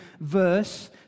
verse